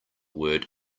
word